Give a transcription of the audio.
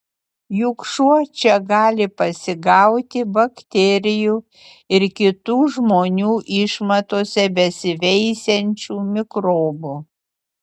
juk šuo čia gali pasigauti bakterijų ir kitų žmonių išmatose besiveisiančių mikrobų